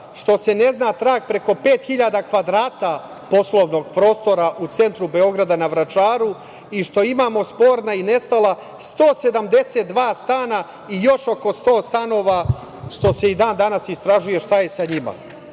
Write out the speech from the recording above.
što se ne zna trag preko 5000 kvadrata poslovnog prostora u centru Beograda na Vračaru i što imamo sporna i nestala 172 stana i još oko 100 stanova, što se i dan danas istražuje šta je sa njima. Prema